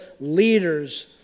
leaders